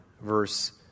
verse